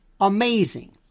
amazing